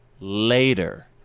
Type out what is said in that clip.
later